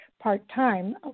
part-time